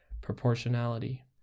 Proportionality